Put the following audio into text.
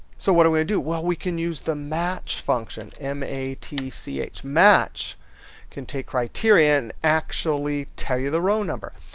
so, what do we do? well, we can use the match function. m a t c h. can take criteria and actually tell you the row number.